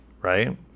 right